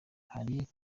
hari